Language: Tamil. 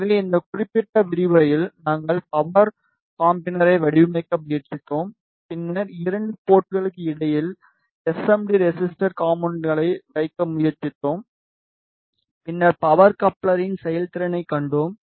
எனவே இந்த குறிப்பிட்ட விரிவுரையில் நாங்கள் பவர் காம்பினரை வடிவமைக்க முயற்சித்தோம் பின்னர் 2 போர்ட்களுக்கு இடையில் எஸ்எம்டி ரெசிஸ்டர் காம்போனென்ட்களை வைக்க முயற்சித்தோம் பின்னர் பவர் காம்பினரின் செயல்திறனைக் கண்டோம்